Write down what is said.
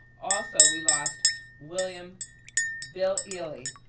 also we lost william bill ealy,